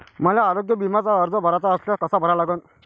मले आरोग्य बिम्याचा अर्ज भराचा असल्यास कसा भरा लागन?